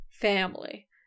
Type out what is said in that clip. family